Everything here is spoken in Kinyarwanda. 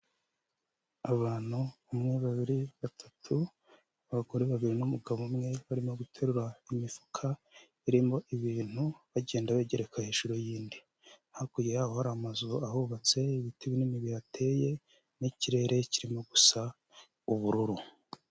Abantu umwe, babiri, batatu, abagore babiri n'umugabo umwe barimo guterura imifuka irimo ibintu bagenda bayigereka hejuru yindi. Hakurya y'aho hari amazu ahubatse, ibiti binini bihateye n'ikirere kirimo gusa ubururu.